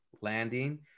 landing